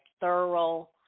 thorough